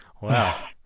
Wow